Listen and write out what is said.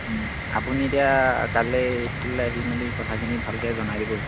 আপুনি এতিয়া কাইলে স্কুললে আহি মেলি কথাখিনি ভালকে জনাই দিবহি